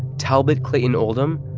talbot clayton oldham,